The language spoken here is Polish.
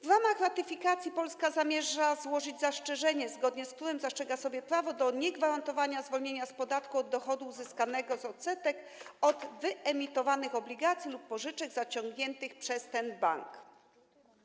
W ramach ratyfikacji Polska zamierza złożyć zastrzeżenie, zgodnie z którym zastrzega sobie prawo do niegwarantowania zwolnienia z podatku od dochodu uzyskanego z odsetek od wyemitowanych obligacji lub pożyczek zaciągniętych przez ten Bank.